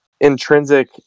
intrinsic